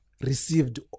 received